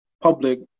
public –